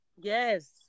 Yes